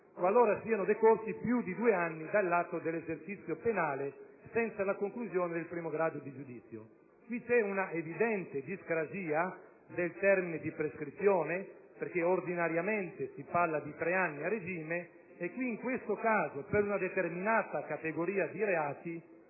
qualora siano decorsi più di due anni dall'atto dell'esercizio penale senza la conclusione del primo grado di giudizio. Qui c'è un'evidente discrasia del termine di prescrizione, perché ordinariamente si parla di tre anni a regime, ma in questo caso, per una determinata categoria di reati,